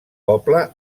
poble